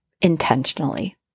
intentionally